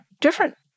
different